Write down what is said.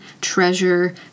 Treasure